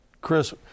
Chris